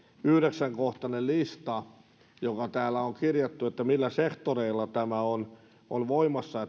yhdeksänkohtainen lista johon täällä on kirjattu millä sektoreilla tämä on on voimassa